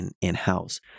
in-house